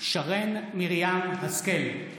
שרן מרים השכל,